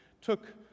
took